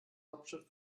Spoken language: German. hauptstadt